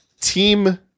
team